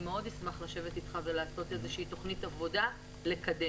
אני מאוד אשמח לשבת אתך ולעשות איזושהי תכנית עבודה לקדם.